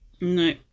No